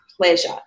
pleasure